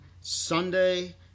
Sunday